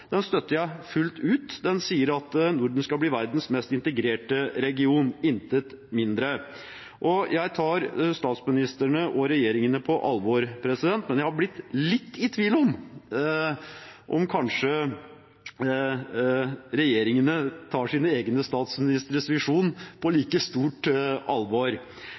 den støtter jeg fullt ut. Den sier at Norden skal bli verdens mest integrerte region – intet mindre. Jeg tar statsministrene og regjeringene på alvor, men jeg har blitt litt i tvil om regjeringene tar sine egne statsministres visjon på like stort alvor.